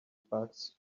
bucks